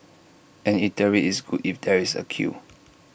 an eatery is good if there is A queue